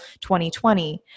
2020